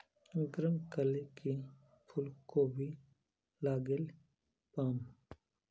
गरम कले की फूलकोबी लगाले पाम?